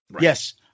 Yes